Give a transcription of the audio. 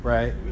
Right